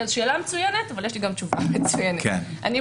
השאלה מצוינת, אבל יש לי גם תשובה מצוינת.